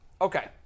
Okay